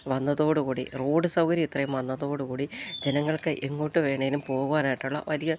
വന്നതോടുകൂടി റോഡ് സൗകര്യം ഇത്രയും വന്നതോടുകൂടി ജനങ്ങൾക്ക് എങ്ങോട്ട് വേണമെങ്കിലും പോകുവാനായിട്ടുള്ള വലിയ